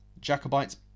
jacobites